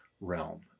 realm